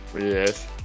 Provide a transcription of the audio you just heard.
yes